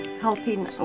Helping